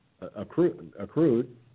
accrued